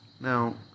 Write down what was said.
Now